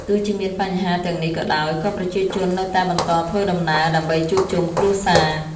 ទោះជាមានបញ្ហាទាំងនេះក៏ដោយ ក៏ប្រជាជននៅតែបន្តធ្វើដំណើរ ដើម្បីជួបជុំគ្រួសារ។